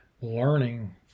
learning